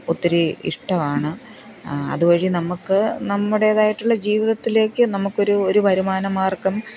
ഒത്തിരി ഇഷ്ടമാണ് അതുവഴി നമുക്ക് നമ്മുടേതായിട്ടുള്ള ജീവിതത്തിലേക്ക് നമുക്കൊരു ഒരു വരുമാനമാര്ഗം